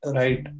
right